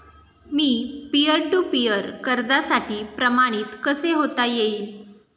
Me peer to peer कर्जासाठी प्रमाणित कसे होता येईल?